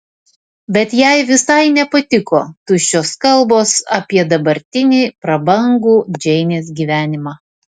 bet jai visai nepatiko tuščios kalbos apie dabartinį prabangų džeinės gyvenimą